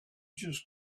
just